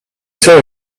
tell